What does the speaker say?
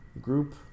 group